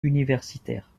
universitaire